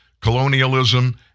colonialism